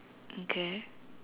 okay